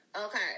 Okay